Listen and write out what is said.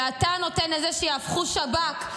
ואתה נותן לזה שיהפכו שב"כ,